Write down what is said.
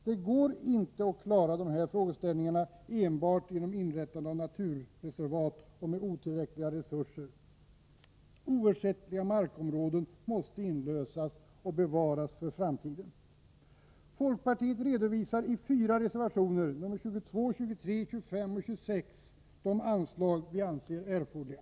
Det går inte att klara de här frågeställningarna enbart genom inrättande av naturvårdsreservat — särskilt inte med otillräckliga resurser. Oersättliga markområden måste inlösas och bevaras för framtiden. Folkpartiet redovisar i fyra reservationer, nr 22, 23, 25 och 26, de anslag som vi anser erforderliga.